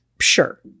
Sure